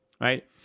Right